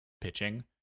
pitching